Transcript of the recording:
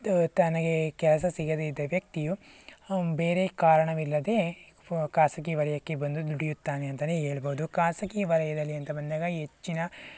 ತ್ ತನಗೆ ಕೆಲಸ ಸಿಗದೇ ಇದ್ದ ವ್ಯಕ್ತಿಯು ಬೇರೆ ಕಾರಣವಿಲ್ಲದೆ ಖಾಸಗಿ ವಲಯಕ್ಕೆ ಬಂದು ದುಡಿಯುತ್ತಾನೆ ಅಂತಾನೆ ಹೇಳ್ಬೋದು ಖಾಸಗಿ ವಲಯದಲ್ಲಿ ಅಂತ ಬಂದಾಗ ಹೆಚ್ಚಿನ